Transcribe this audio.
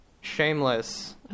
Shameless